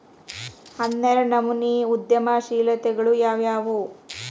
ಹನ್ನೆರ್ಡ್ನನಮ್ನಿ ಉದ್ಯಮಶೇಲತೆಗಳು ಯಾವ್ಯಾವು